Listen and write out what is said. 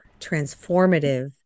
transformative